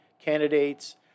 candidates